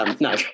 No